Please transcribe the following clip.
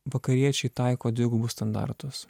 vakariečiai taiko dvigubus standartus